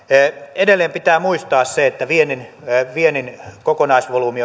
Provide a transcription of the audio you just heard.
edelleen pitää muistaa se että viennin viennin kokonaisvolyymi